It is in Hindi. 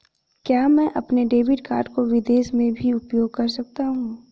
क्या मैं अपने डेबिट कार्ड को विदेश में भी उपयोग कर सकता हूं?